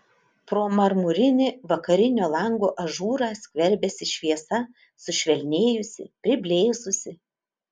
pro marmurinį vakarinio lango ažūrą skverbėsi šviesa sušvelnėjusi priblėsusi